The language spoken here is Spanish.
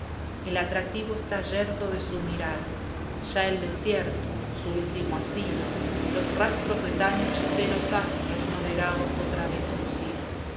el atractivo está yerto de su mirar ya el desierto su último asilo los rastros la cautiva de tan hechiceros astros no verá otra vez lucir